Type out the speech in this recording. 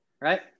right